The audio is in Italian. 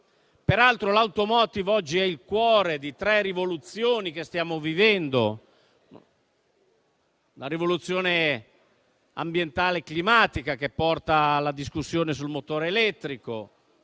Peraltro, l'*automotive* oggi è il cuore di tre rivoluzioni che stiamo vivendo: la rivoluzione ambientale e climatica, che porta alla discussione sul motore elettrico,